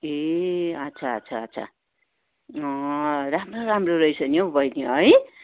ए अच्छा अच्छा अच्छा राम्रो राम्रो रहेछ नि हौ बहिनी है